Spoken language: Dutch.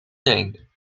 teen